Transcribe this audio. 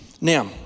now